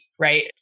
right